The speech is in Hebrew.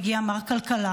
מגיע מר כלכלה"